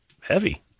heavy